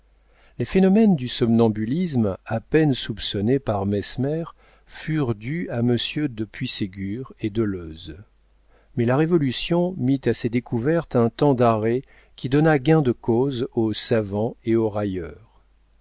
les phénomènes du somnambulisme à peine soupçonnés par mesmer furent dus à messieurs de puységur et deleuze mais la révolution mit à ces découvertes un temps d'arrêt qui donna gain de cause aux savants et aux railleurs